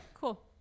Cool